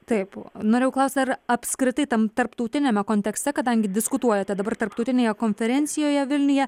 taip norėjau klausti ar apskritai tam tarptautiniame kontekste kadangi diskutuojate dabar tarptautinėje konferencijoje vilniuje